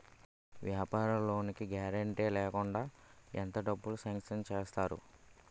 వ్యాపార లోన్ కి గారంటే లేకుండా ఎంత డబ్బులు సాంక్షన్ చేస్తారు?